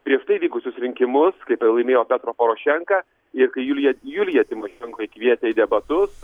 prieš tai vykusius rinkimus laimėjo petro porošenka ir kai julija julija tymošenko jį kvietė į debatus